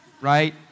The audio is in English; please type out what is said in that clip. right